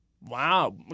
Wow